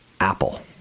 Apple